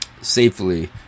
safely